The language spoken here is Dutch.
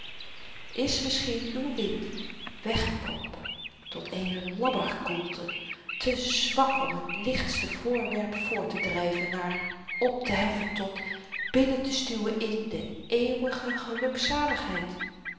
is misschien uw wind weggekrompen tot eene labberkoelte te zwak om t lichtste voorwerp voorttedryven naar opteheffen tot binnentestuwen in de eeuwige